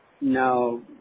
No